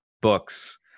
books